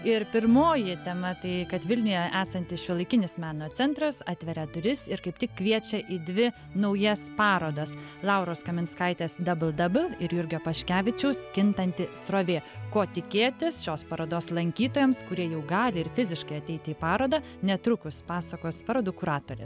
ir pirmoji tema tai kad vilniuje esantis šiuolaikinis meno centras atveria duris ir kaip tik kviečia į dvi naujas parodas lauros kaminskaitės dabl dabl ir jurgio paškevičiaus kintanti srovė ko tikėtis šios parodos lankytojams kurie jau gali ir fiziškai ateiti į parodą netrukus pasakos parodų kuratorė